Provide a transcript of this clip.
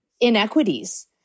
inequities